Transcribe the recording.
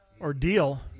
Ordeal